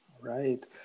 Right